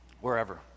wherever